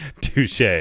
Touche